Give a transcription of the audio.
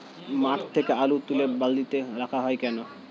মাঠ থেকে আলু তুলে বালিতে রাখা হয় কেন?